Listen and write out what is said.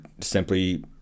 simply